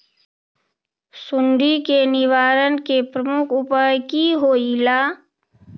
सुडी के निवारण के प्रमुख उपाय कि होइला?